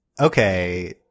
Okay